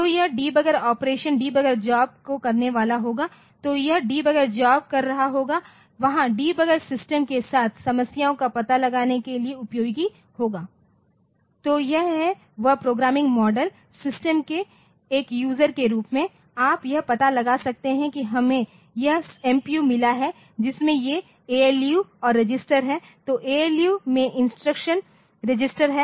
तो यह debugger operation debugger job को करने वाला होगा तो यह डीबग्गर जॉब कर रहा होगा और वहां डिबगर सिस्टम के साथ समस्याओं का पता लगाने के लिए उपयोगी होगा तो यह है वह प्रोग्रामिंग मॉडल सिस्टम के एक यूजर के रूप में आप यह पता लगा सकते कि हमें यह एमपीयू मिला है जिसमे ये एएलयू और रजिस्टर है तो एएलयू में इंस्ट्रक्शन रजिस्टर है